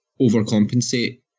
overcompensate